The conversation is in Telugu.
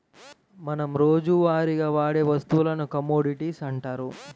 మనం రోజువారీగా వాడే వస్తువులను కమోడిటీస్ అంటారు